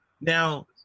Now